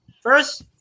first